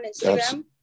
Instagram